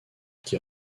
qui